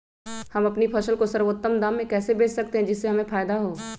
हम अपनी फसल को सर्वोत्तम दाम में कैसे बेच सकते हैं जिससे हमें फायदा हो?